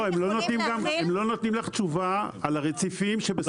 לא, הם לא נותנים לך תשובה על הרציפים שבסמכותם